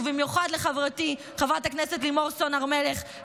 ובמיוחד לחברתי חברת הכנסת לימור סון הר מלך,